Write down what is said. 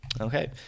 okay